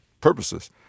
purposes